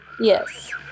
Yes